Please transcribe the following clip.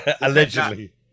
allegedly